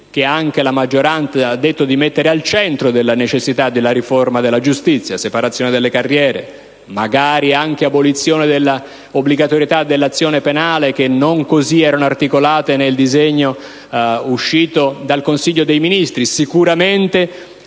che anche la maggioranza ha detto di mettere al centro della necessità della riforma della giustizia: separazione delle carriere, magari anche abolizione dell'obbligatorietà dell'azione penale, che non così erano articolate nel disegno di legge uscito dal Consiglio dei ministri. Vi